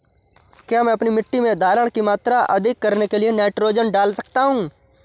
क्या मैं अपनी मिट्टी में धारण की मात्रा अधिक करने के लिए नाइट्रोजन डाल सकता हूँ?